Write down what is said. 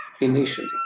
initially